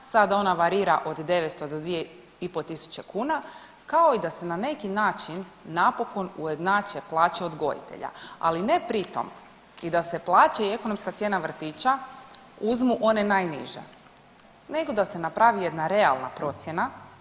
Sad ona varira od 900 do 2 i pol tisuće kuna kao i da se na neki način napokon ujednače plaće odgojitelja ali ne pritom i da se plaće i ekonomska cijena vrtića uzmu one najniže, nego da se napravi jedna realna procjena.